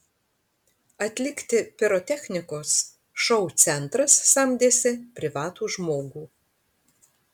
atlikti pirotechnikos šou centras samdėsi privatų žmogų